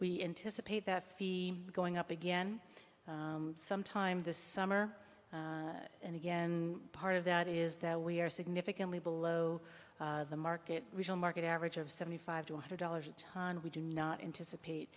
we anticipate that fee going up again sometime this summer and again part of that is that we are significantly below the market real market average of seventy five to one hundred dollars a ton we do not anticipate